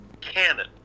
cannon